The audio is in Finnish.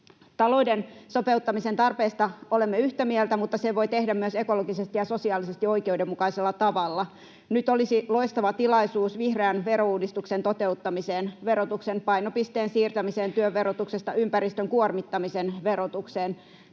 Talouden sopeuttamisen tarpeesta olemme yhtä mieltä, mutta sen voi tehdä myös ekologisesti ja sosiaalisesti oikeudenmukaisella tavalla. Nyt olisi loistava tilaisuus vihreän verouudistuksen toteuttamiseen, verotuksen painopisteen siirtämiseen työn verotuksesta ympäristön kuormittamisen verotukseen.